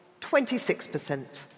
26%